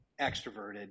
extroverted